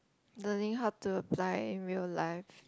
learning how to apply in real life